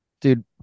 dude